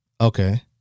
Okay